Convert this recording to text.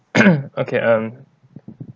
okay um